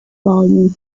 volume